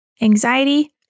anxiety